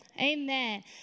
Amen